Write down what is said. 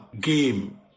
game